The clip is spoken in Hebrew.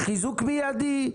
על חיזוק מידי,